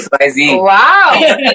Wow